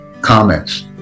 comments